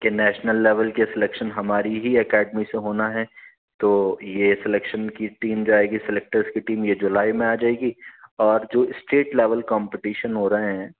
کہ national level کے selection ہماری ہی اکیڈمی سے ہونا ہے تو یہ سلیکشن کی ٹیم جو آئے گی سلیکٹرس کی ٹیم یہ جولائی میں آ جائے گی اور جو اسٹیٹ لیول کمپٹیشن ہو رہے ہیں